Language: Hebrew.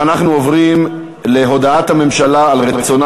אנחנו עוברים להודעת הממשלה על רצונה